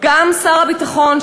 גם שר הביטחון,